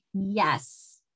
yes